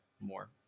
more